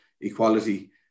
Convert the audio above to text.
equality